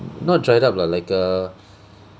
not dried up lah like err